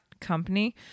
company